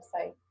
website